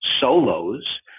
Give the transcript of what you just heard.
solos